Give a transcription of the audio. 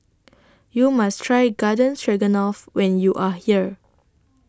YOU must Try Garden Stroganoff when YOU Are here